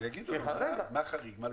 ויגידו מה חריג, מה לא חריג.